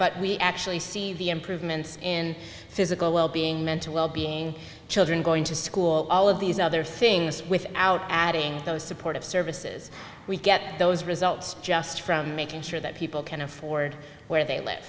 but we actually see the improvements in physical wellbeing mental wellbeing children going to school all of these other things without adding those supportive services we get those results just from making sure that people can afford where they live